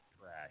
Trash